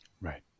Right